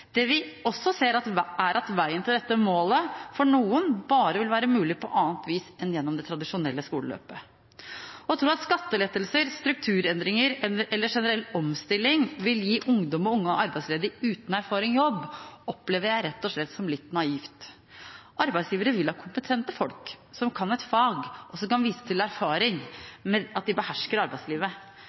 Det vi også ser, er at veien til dette målet for noen bare vil være mulig på annet vis enn gjennom det tradisjonelle skoleløpet. Å tro at skattelettelser, strukturendringer eller generell omstilling vil gi ungdom og unge arbeidsledige uten erfaring jobb, opplever jeg rett og slett som litt naivt. Arbeidsgivere vil ha kompetente folk som kan et fag, og som kan vise til erfaring med at de behersker arbeidslivet.